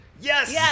Yes